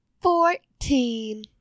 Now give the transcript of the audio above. Fourteen